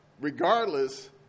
regardless